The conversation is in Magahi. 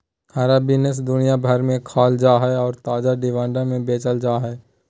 हरा बीन्स दुनिया भर में खाल जा हइ और ताजा, डिब्बाबंद में बेचल जा हइ